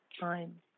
time